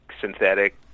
synthetic